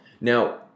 Now